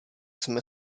jsme